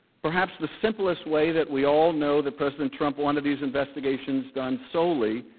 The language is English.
perhaps the simplest way that we all know the president trump wanted these investigations done solely,